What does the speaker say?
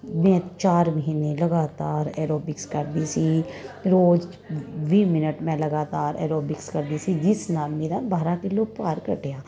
ਮੈਂ ਚਾਰ ਮਹੀਨੇ ਲਗਾਤਾਰ ਐਰੋਬਿਕਸ ਕਰਦੀ ਸੀ ਰੋਜ਼ ਵੀਹ ਮਿਨਟ ਮੈਂ ਲਗਾਤਾਰ ਐਰੋਬਿਕਸ ਕਰਦੀ ਸੀ ਜਿਸ ਨਾਲ ਮੇਰਾ ਬਾਰ੍ਹਾਂ ਕਿਲੋ ਭਾਰ ਘਟਿਆ